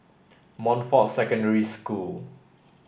Montfort Secondary School